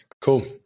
Cool